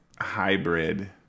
hybrid